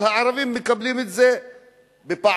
אבל הערבים מקבלים את זה פעמיים,